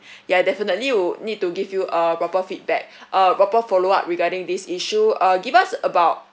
yeah definitely would need to give you a proper feedback a proper follow up regarding this issue uh give us about